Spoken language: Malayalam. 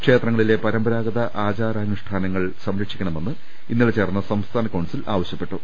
ക്ഷേത്രങ്ങളിലെ പരമ്പരാഗത ആചാരനുഷ്ഠാനങ്ങൾ സംര ക്ഷിക്കണമെന്ന് ഇന്നലെ ചേർന്ന സംസ്ഥാന കൌൺസിൽ ആവശ്യ പ്പെട്ടു